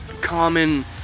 common